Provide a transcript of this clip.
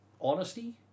honesty